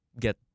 get